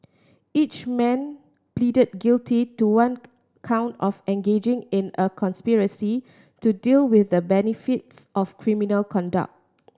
each man pleaded guilty to one count of engaging in a conspiracy to deal with the benefits of criminal conduct